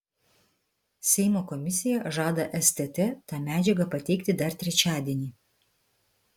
seimo komisija žada stt tą medžiagą pateikti dar trečiadienį